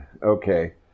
okay